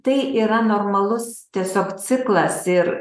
tai yra normalus tiesiog ciklas ir